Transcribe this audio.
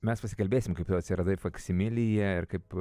mes pasikalbėsim kaip tu atsiradai faksimilyje ir kaip